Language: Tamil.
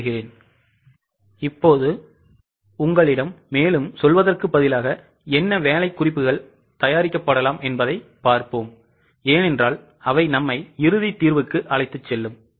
இப்போது உங்களிடம் மேலும் சொல்வதற்குப் பதிலாக என்ன வேலை குறிப்புகள் தயாரிக்கப்படலாம் என்பதைப் பார்ப்போம் ஏனென்றால் அவை நம்மை இறுதி தீர்வுக்கு அழைத்துச் செல்லும்